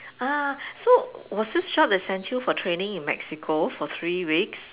ah so was this job that sent you for training in Mexico for three weeks